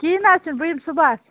کِہیٖنٛۍ حظ چھُنہٕ بہٕ یِمہٕ صُبَحس